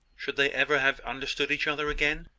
should they ever have understood each other again?